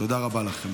תודה רבה לכם.